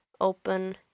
open